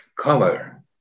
cover